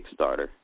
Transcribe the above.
Kickstarter